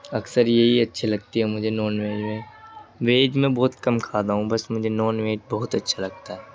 اکثر یہی اچّھی لگتی ہے مجھے نان ویج میں ویج میں بہت کم کھاتا ہوں بس مجھے نان ویج بہت اچّھا لگتا ہے